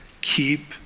Keep